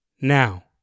Now